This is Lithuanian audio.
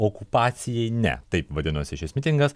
okupacijai ne taip vadinosi šis mitingas